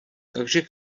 takže